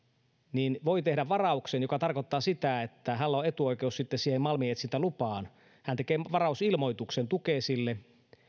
voi tehdä varauksen mikä tarkoittaa sitä että hänellä on etuoikeus sitten siihen malminetsintälupaan hän tekee varausilmoituksen tukesille